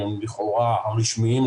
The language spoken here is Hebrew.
לכאורה הרשמיים,